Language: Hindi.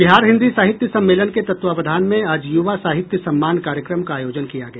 बिहार हिन्दी साहित्य सम्मेलन के तत्वाधान में आज यूवा साहित्य सम्मान कार्यक्रम का आयोजन किया गया